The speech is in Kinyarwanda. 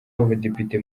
w’abadepite